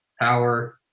power